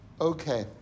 Okay